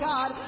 God